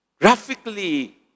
graphically